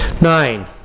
Nine